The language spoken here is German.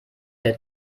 der